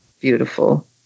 beautiful